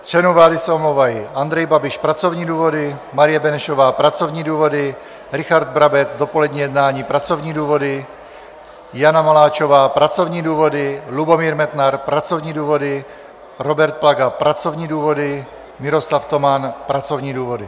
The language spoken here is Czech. Z členů vlády se omlouvají: Andrej Babiš pracovní důvody, Marie Benešová pracovní důvody, Richard Brabec dopolední jednání pracovní důvody, Jana Maláčová pracovní důvody, Lubomír Metnar pracovní důvody, Robert Plaga pracovní důvody, Miroslav Toman pracovní důvody.